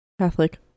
Catholic